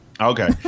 Okay